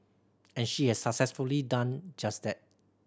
and she has successfully done just that